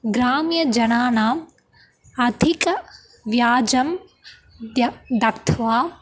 ग्राम्यजनानाम् अधिकव्याजं द्य दत्वा